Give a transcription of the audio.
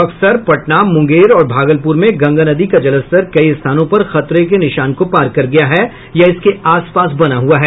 बक्सर पटना मुंगेर और भागलपुर में गंगा नदी का जलस्तर कई स्थानों पर खतरे के निशान को पार कर गया है या इसके आसपास बना हुआ है